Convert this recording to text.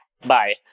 Bye